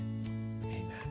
amen